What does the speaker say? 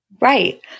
Right